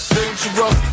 Dangerous